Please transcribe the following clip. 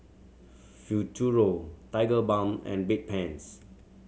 Futuro Tigerbalm and Bedpans